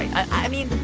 i mean